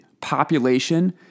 population